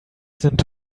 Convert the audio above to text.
sind